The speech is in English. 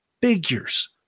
figures